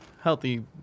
healthy